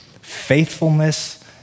Faithfulness